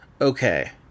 Okay